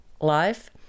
life